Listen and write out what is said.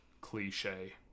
cliche